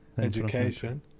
Education